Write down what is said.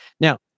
Now